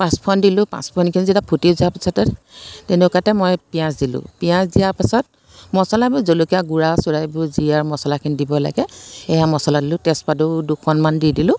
পাঁচফোৰণ দিলোঁ পাঁচফোৰণখিনি যেতিয়া ফুটি যোৱাৰ পিছতে তেনেকুৱাতে মই পিঁয়াজ দিলোঁ পিঁয়াজ দিয়াৰ পাছত মচলাবোৰ জলকীয়া গুড়া চুড়া এইবোৰ জিৰা মচলাখিনি দিব লাগে এয়া মচলা দিলোঁ তেজপাতো দুখনমান দি দিলোঁ